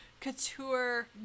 Couture